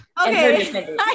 okay